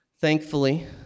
Thankfully